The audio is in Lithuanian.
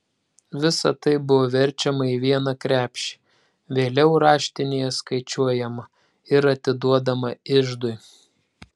visa tai buvo verčiama į vieną krepšį vėliau raštinėje skaičiuojama ir atiduodama iždui